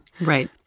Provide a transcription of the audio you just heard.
Right